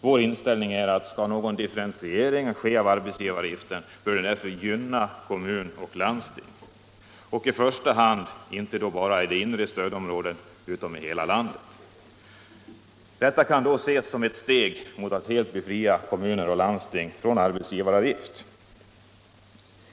Vår inställning är att om någon differentiering skall ske av arbetsgivaravgiften bör kommuner och landsting gynnas — och inte bara i det inre stödområdet utan i hela landet. Detta kan då ses som ett steg mot att helt befria kommuner och landsting från arbetsgivaravgift.